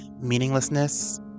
meaninglessness